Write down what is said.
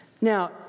Now